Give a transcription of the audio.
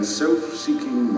self-seeking